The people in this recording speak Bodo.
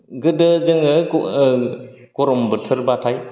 गोदो जोङो गो ओ गरम बोथोराबाथाय